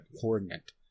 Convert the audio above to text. coordinate